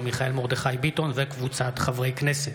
מיכאל מרדכי ביטון וקבוצת חברי הכנסת.